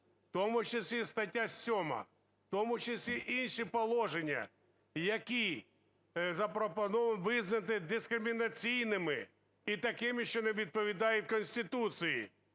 в тому числі стаття 7, в тому числі інші положення, які запропоновано визнати дискримінаційними і такими, що не відповідають Конституції.